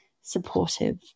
supportive